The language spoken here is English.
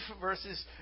verses